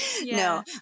No